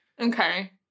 Okay